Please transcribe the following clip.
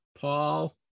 Paul